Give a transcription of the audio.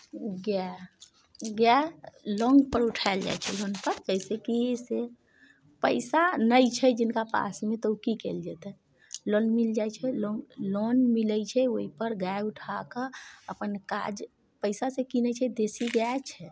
गाए गाए लोनपर उठायल जाइत छै लोनपर जैसेकि पैसा नहि छै जिनका पासमे तऽ ओ की की कयल जेतै लोन मिल जाइत छै लोन लोन मिलैत छै ओहिपर गाए उठा कऽ अपन काज पैसासँ कीनैत छै देशी गाए छै